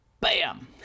Bam